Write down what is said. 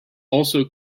also